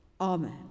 amen